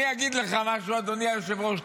אני אגיד לך משהו, אדוני היושב-ראש.